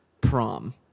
prom